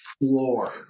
floor